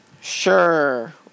Sure